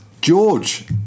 George